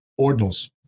Ordinals